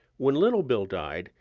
when little bill died,